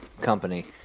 company